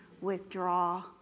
withdraw